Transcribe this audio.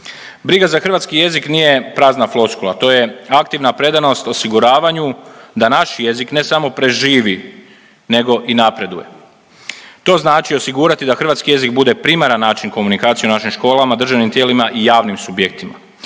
Briga za hrvatski jezik nije prazna floskula, to je aktivna predanost osiguravanju da naš jezik, ne samo preživi, nego i napreduje. To znači osigurati da hrvatski jezik bude primaran način komunikacije u našim školama, državnim tijelima i javnim subjektima.